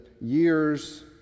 years